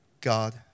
God